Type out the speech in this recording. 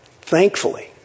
Thankfully